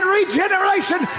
regeneration